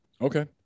Okay